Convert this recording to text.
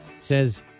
says